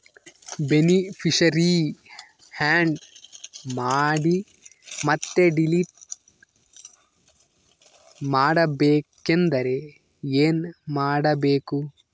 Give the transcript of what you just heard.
Beneficiary, add ಮಾಡಿ ಮತ್ತೆ delete ಮಾಡಬೇಕೆಂದರೆ ಏನ್ ಮಾಡಬೇಕು?